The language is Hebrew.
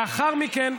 לאחר מכן,